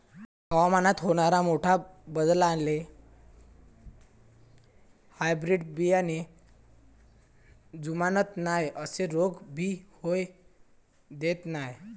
हवामानात होनाऱ्या मोठ्या बदलाले हायब्रीड बियाने जुमानत नाय अन रोग भी होऊ देत नाय